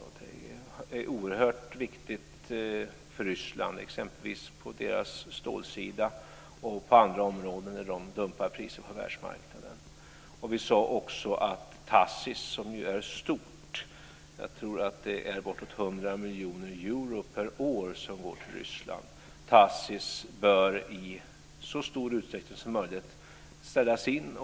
Och det är oerhört viktigt för Ryssland, exempelvis på deras stålsida och på andra områden när de dumpar priserna på världsmarknaden. Och vi sade också att Tacis som ju är stort - jag tror att det är bortemot 100 miljoner euro per år som går till Ryssland - i så stor utsträckning som möjligt bör ställas in.